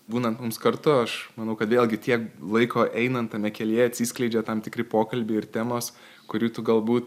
būnant mums kartu aš manau kad vėlgi tiek laiko einant tame kelyje atsiskleidžia tam tikri pokalbiai ir temos kurių tu galbūt